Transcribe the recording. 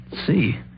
See